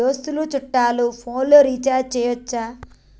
దోస్తులు చుట్టాలు ఫోన్లలో రీఛార్జి చేయచ్చా?